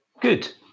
good